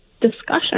discussion